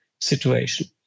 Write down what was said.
situation